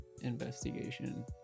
investigation